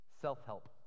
Self-help